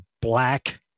black